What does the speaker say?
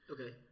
Okay